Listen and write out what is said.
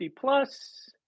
plus